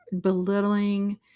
belittling